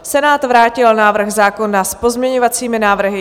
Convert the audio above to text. Senát vrátil návrh zákona s pozměňovacími návrhy.